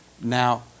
Now